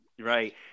right